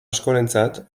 askorentzat